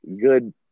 good